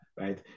right